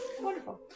Wonderful